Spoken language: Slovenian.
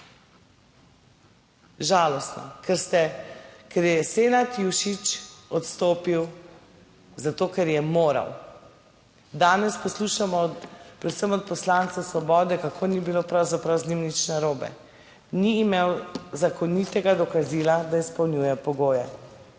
ker ste, ker je Senad Jušić odstopil, zato ker je moral. Danes poslušamo predvsem od poslancev Svobode, kako ni bilo pravzaprav z njim nič narobe. Ni imel zakonitega dokazila, da izpolnjuje pogoje.